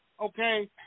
okay